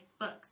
books